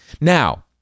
Now